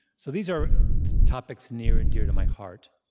so these are topics near and dear to my heart.